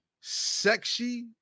sexy